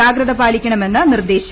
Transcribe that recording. ജാഗ്രത പാലിക്കണമെന്ന് നിർദ്ദേശം